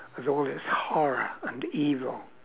with all this horror and evil